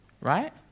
Right